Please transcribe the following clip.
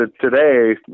today